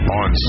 on